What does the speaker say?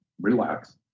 relax